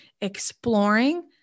exploring